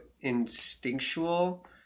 instinctual